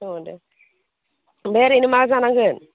अ देह ओमफ्राय ओरैनो मा जानांगोन